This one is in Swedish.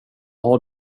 har